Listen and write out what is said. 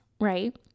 right